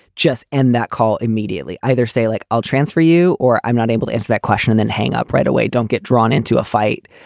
just end that call immediately. either say like i'll transfer you or i'm not able to answer that question and hang up right away don't get drawn into a fight